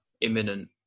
imminent